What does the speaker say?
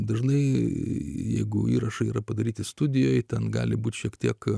dažnai jeigu įrašai yra padaryti studijoje ten gali būti šiek tiek